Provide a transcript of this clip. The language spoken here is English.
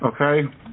okay